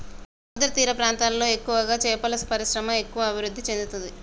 సముద్రతీర ప్రాంతాలలో ఎక్కువగా చేపల పరిశ్రమ ఎక్కువ అభివృద్ధి చెందుతది